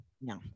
No